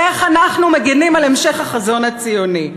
איך אנחנו מגינים על המשך החזון הציוני?